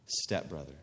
stepbrother